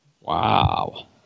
Wow